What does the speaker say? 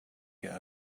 get